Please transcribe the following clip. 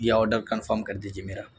یہ order confirm کر دیجیے میرا